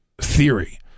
theory